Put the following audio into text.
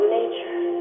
nature